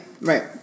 Right